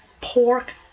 pork